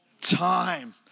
time